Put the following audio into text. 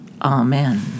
Amen